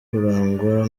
kurangwa